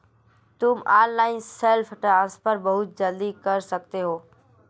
तुम online self transfer बहुत जल्दी कर सकते हो